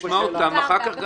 נשמע אותם ואחר כך,